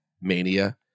mania